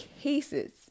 cases